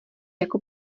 jako